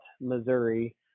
Missouri